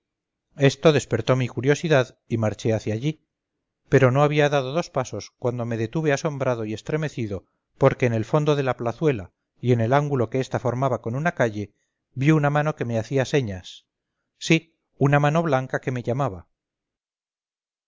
esto despertó mi curiosidad y marché hacia allí pero no había dado dos pasos cuando me detuve asombrado y estremecido porque en el fondo de la plazuela y en el ángulo que esta formaba con una calle vi una mano que me hacía señas sí una mano blanca que me llamaba